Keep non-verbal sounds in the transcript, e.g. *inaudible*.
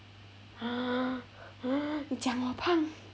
*noise* 你讲我胖